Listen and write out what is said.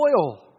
oil